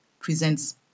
presents